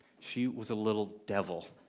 she was a little devil.